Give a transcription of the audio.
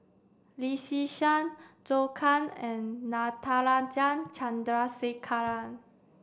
Lee Yi Shyan Zhou Can and Natarajan Chandrasekaran